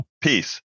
Peace